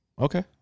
Okay